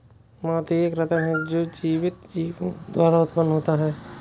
मोती एक रत्न है जो जीवित जीवों द्वारा उत्पन्न होता है